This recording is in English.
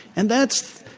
and that's,